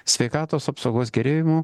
sveikatos apsaugos gerėjimų